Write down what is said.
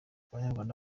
banyarwanda